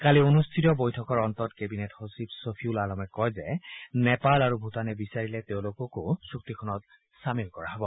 কালি অনুষ্ঠিত বৈঠকৰ অন্তত কেবিনেট সচিব চফিউল আলমে কয় যে নেপাল আৰু ভূটানে বিচাৰিলে তেওঁলোকো চুক্তিখনত চামিল কৰিব পৰা যাব